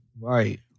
Right